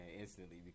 instantly